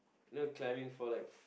you know climbing for like f~